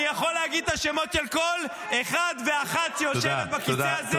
אני יכול להגיד את השמות של כל אחד ואחת שיושבים בכיסא הזה.